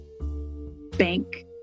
bank